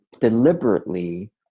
deliberately